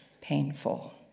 painful